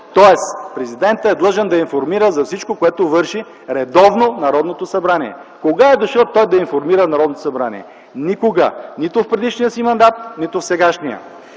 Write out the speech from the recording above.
Тоест президентът е длъжен да информира за всичко, което върши редовно Народното събрание. Кога е дошъл той да информира Народното събрание? Никога! Нито в предишния си мандат, нито в сегашния.